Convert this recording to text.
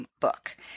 book